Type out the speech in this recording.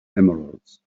emeralds